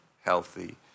healthy